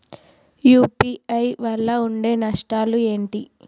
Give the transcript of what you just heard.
UPI వల్ల ఉండే నష్టాలు ఏంటి??